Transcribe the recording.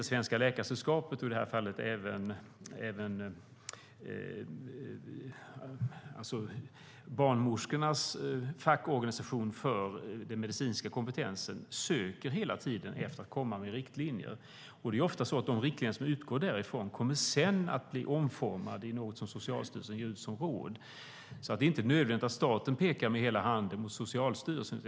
Svenska Läkaresällskapet och barnmorskornas fackorganisation för den medicinska kompetensen söker hela tiden efter att lägga fram förslag på riktlinjer. De riktlinjerna kommer sedan att bli omformade i något som Socialstyrelsen ger ut som råd. Det är inte nödvändigt att staten pekar med hela handen mot Socialstyrelsen.